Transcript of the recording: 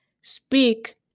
speak